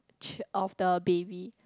ch~ of the baby